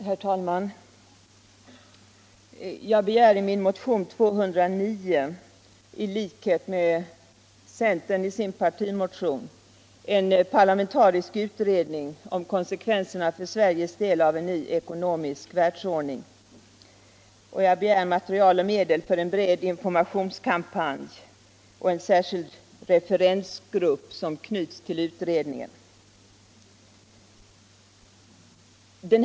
Herr talman! Jag begär i min motion 1975/76:209 — i likhet med vad centern begär i sin partimotion — en parlamentarisk utredning om konsekvenscerna för Sveriges del av en ny internationell ekonomisk världsordning. Jag begär vidare material och medel för en bred informationskampanj. Jag begär vidare att en särskild referensgrupp knyts till utredningen.